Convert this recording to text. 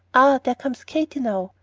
ah, there comes katy now.